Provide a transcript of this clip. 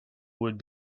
would